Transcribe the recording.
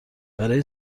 برای